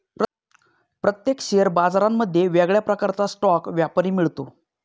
प्रत्येक शेअर बाजारांमध्ये वेगळ्या प्रकारचा स्टॉक व्यापारी मिळतो